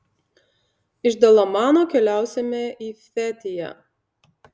iš dalamano keliausime į fetiją